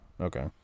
Okay